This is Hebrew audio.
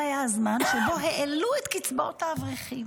זה היה הזמן שבו העלו את קצבאות האברכים.